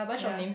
ya